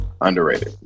Underrated